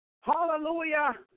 Hallelujah